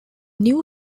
new